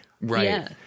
Right